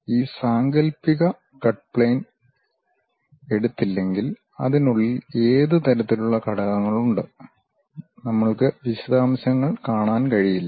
ഈ സാങ്കൽപ്പിക cut plane എടുത്തില്ലെങ്കിൽ അതിനുള്ളിൽ ഏത് തരത്തിലുള്ള ഘടകങ്ങളുണ്ട് നമ്മൾക്ക് ആ വിശദാംശങ്ങൾ കാണാൻ കഴിയില്ല